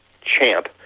CHAMP